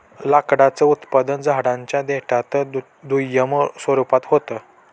लाकडाचं उत्पादन झाडांच्या देठात दुय्यम स्वरूपात होत